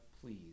Please